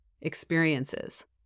experiences